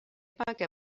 que